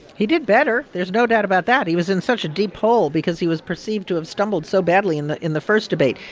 he did better. there's no doubt about that. he was in such a deep hole because he was perceived to have stumbled so badly in the in the first debate.